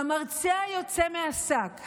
המרצע יוצא מהשק.